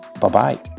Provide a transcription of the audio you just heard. bye-bye